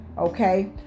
Okay